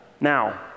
Now